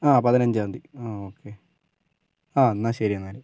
ആ പതിനഞ്ചാം തിയതി ആ ഓക്കെ ആ എന്നാൽ ശരി എന്നാല്